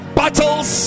battles